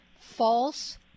false